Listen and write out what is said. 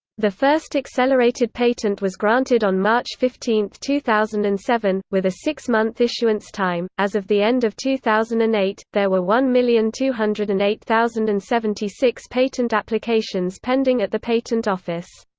the first accelerated patent was granted on march fifteen, two thousand and seven, with a six-month issuance time as of the end of two thousand and eight, there were one million two hundred and eight thousand and seventy six patent applications pending at the patent office.